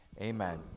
Amen